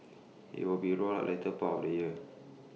IT will be rolled out later part of the year